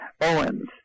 Owens